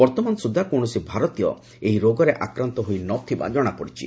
ବର୍ତ୍ତମାନ ସୁଦ୍ଧା କୌଣସି ଭାରତୀୟ ଏହି ରୋଗରେ ଆକ୍ରାନ୍ତ ହୋଇନଥିବା ଜଣାପଡ଼ିଛି